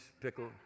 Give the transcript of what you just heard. pickle